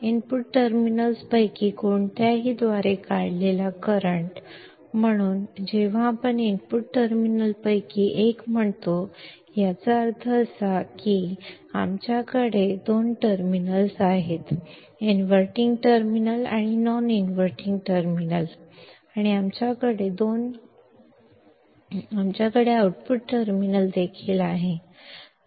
input टर्मिनलपैकी कोणत्याहीद्वारे काढलेला करंट म्हणून जेव्हा आपण इनपुट टर्मिनलपैकी एक म्हणतो याचा अर्थ असा की जसे की आमच्याकडे दोन टर्मिनल आहेत इनव्हर्टींग टर्मिनल आणि नॉन इनव्हर्टिंग टर्मिनल आणि आमच्याकडे आउटपुट टर्मिनल देखील आहे